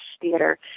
Theater